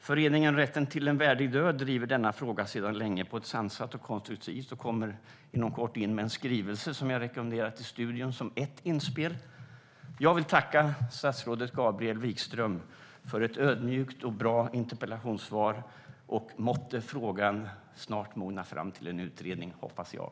Föreningen Rätten Till en Värdig Död driver denna fråga sedan länge på ett sansat och konstruktivt sätt och kommer inom kort att komma in med en skrivelse som jag rekommenderar till studie som ett inspel. Jag vill tacka statsrådet Gabriel Wikström för ett ödmjukt och bra interpellationssvar. Måtte frågan snart mogna fram till en utredning, hoppas jag.